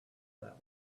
that